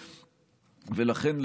ולכן,